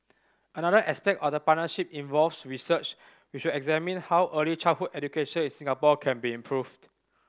another aspect of the partnership involves research which will examine how early childhood education in Singapore can be improved